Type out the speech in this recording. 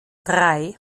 drei